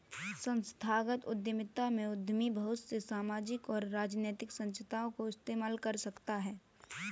संस्थागत उद्यमिता में उद्यमी बहुत से सामाजिक और राजनैतिक संस्थाओं का इस्तेमाल कर सकता है